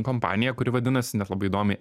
kompaniją kuri vadinasi net labai įdomiai